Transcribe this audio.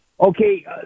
Okay